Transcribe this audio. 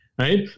Right